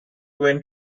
went